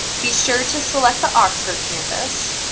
be sure to select the oxford campus.